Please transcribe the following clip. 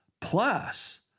plus